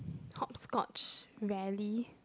hopscotch rarely